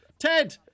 Ted